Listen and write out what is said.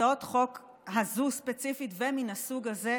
שהצעות החוק, זו ספציפית ומן הסוג הזה,